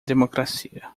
democracia